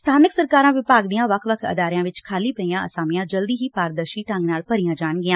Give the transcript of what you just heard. ਸਬਾਨਕ ਸਰਕਾਰਾਂ ਵਿਭਾਗ ਦੀਆਂ ਵੱਖ ਵੱਖ ਅਦਾਰਿਆਂ ਵਿੱਚ ਖਾਲੀਆਂ ਪਈਆਂ ਅਸਾਮੀਆਂ ਜਲਦੀ ਹੀ ਪਾਰਦਰਸ਼ੀ ਢੰਗ ਨਾਲ ਭਰੀਆਂ ਜਾਣਗੀਆਂ